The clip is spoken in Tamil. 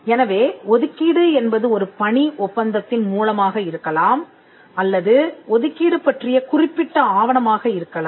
எனவே ஒதுக்கீடு என்பது ஒரு பணி ஒப்பந்தத்தின் மூலமாக இருக்கலாம் அல்லதுஒதுக்கீடு பற்றிய குறிப்பிட்ட ஆவணமாக இருக்கலாம்